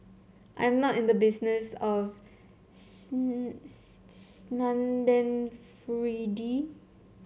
I am not in the business of